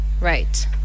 Right